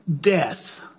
death